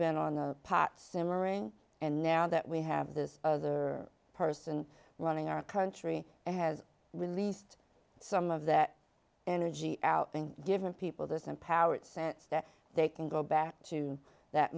been on the pot simmering and now that we have this other person running our country has released some of that energy out give people this empowered sense that they can go back to that